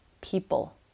people